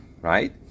Right